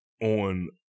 on